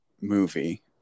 movie